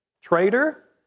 Traitor